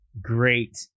great